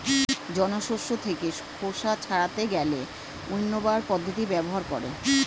জন শস্য থেকে খোসা ছাড়াতে গেলে উইন্নবার পদ্ধতি ব্যবহার করে